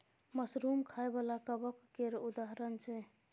mushroom खाइ बला कबक केर उदाहरण छै